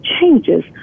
changes